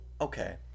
okay